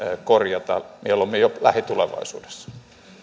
korjata mieluummin jo lähitulevaisuudessa